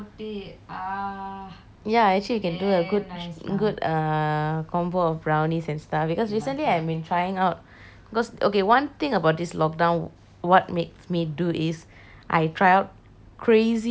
ya actually you can do a good a good uh combo of brownies and stuff because recently I have been trying out because okay one thing about this lockdown what makes me do is I try out crazy recipes of brownies